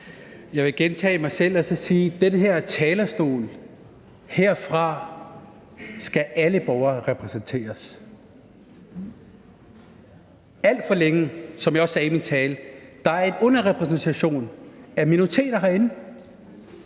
Jeg vil gentage mig selv og sige, at fra den her talerstol skal alle borgerne repræsenteres. Alt for længe, som jeg også sagde i min tale, har der været en underrepræsentation af minoriteter herinde.